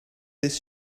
this